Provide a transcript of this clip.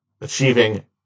achieving